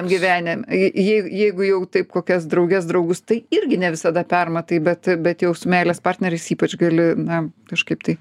gyvene je je jeigu jau taip kokias drauges draugus tai irgi ne visada permatai bet bet jau su meilės partneriais ypač gali na kažkaip tai